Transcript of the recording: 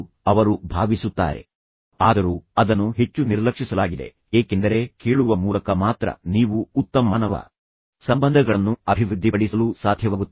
ಈಗ ಆಲಿಸುವುದು ಅದು ಸಂವಹನದ ಅವಿಭಾಜ್ಯ ಅಂಗವಾಗಿದೆ ಎಂದು ನೀವು ಅರ್ಥಮಾಡಿಕೊಳ್ಳಬೇಕೆಂದು ನಾನು ಬಯಸುತ್ತೇನೆ ಆದರೂ ಅದನ್ನು ಹೆಚ್ಚು ನಿರ್ಲಕ್ಷಿಸಲಾಗಿದೆ ಏಕೆಂದರೆ ಕೇಳುವ ಮೂಲಕ ಮಾತ್ರ ನೀವು ಉತ್ತಮ ಮಾನವ ಸಂಬಂಧಗಳನ್ನು ಅಭಿವೃದ್ಧಿಪಡಿಸಲು ಸಾಧ್ಯವಾಗುತ್ತದೆ